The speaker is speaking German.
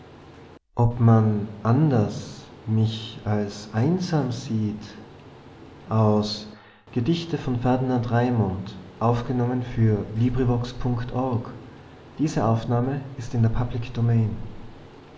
ob man anders mich als einsam sieht